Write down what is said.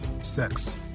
sex